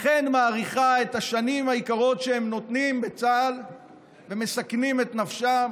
אכן מעריכה את השנים היקרות שהם נותנים בצה"ל ומסכנים את נפשם